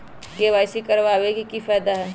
KYC करवाबे के कि फायदा है?